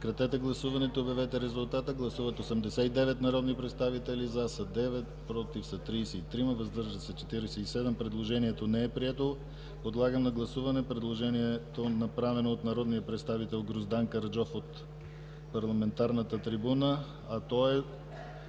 Моля, гласувайте. Гласували 89 народни представители: за 9, против 33, въздържали се 47. Предложението не е прието. Подлагам на гласуване предложението, направено от народния представител Гроздан Караджов от парламентарната трибуна, а то е